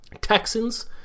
Texans